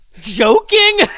joking